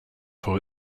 for